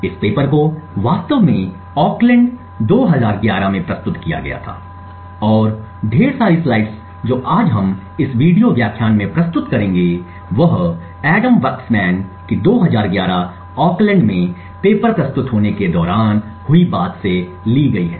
इस पेपर को वास्तव में ओकलैंड 2011 में प्रस्तुत किया गया था और ढेर सारी स्लाइड्स जो आज हम इस वीडियो व्याख्यान में प्रस्तुत करेंगे वह एडम वक्समैन की 2011 ओकलैंड में पेपर प्रस्तुत होने के दौरान हुई बात से ली गई है